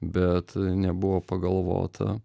bet nebuvo pagalvota